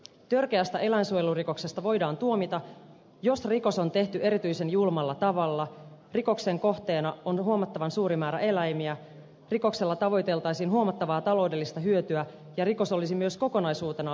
törkeästä eläinsuojelurikoksesta voidaan tuomita jos rikos on tehty erityisen julmalla tavalla rikoksen kohteena on huomattavan suuri määrä eläimiä rikoksella tavoitellaan huomattavaa taloudellista hyötyä ja rikos on myös kokonaisuutena arvostellen törkeä